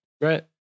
Right